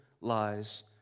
lies